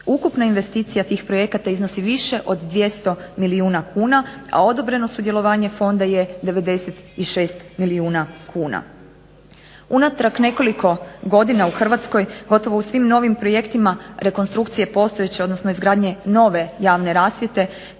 Ukupna investicija tih projekata iznosi više od 200 milijuna kuna, a odobreno sudjelovanje fonda je 96 milijuna kuna. Unatrag nekoliko godina u Hrvatskoj gotovo u svim novim projektima rekonstrukcije postojeće, odnosno izgradnje nove javne rasvjete